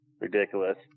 ridiculous